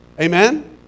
Amen